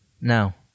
Now